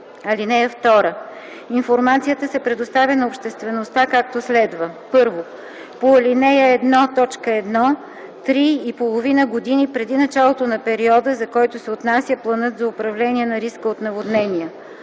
плана. (2) Информацията се предоставя на обществеността, както следва: 1. по ал. 1, т. 1 - три и половина години преди началото на периода, за който се отнася планът за управление на риска от наводнения;